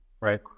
Right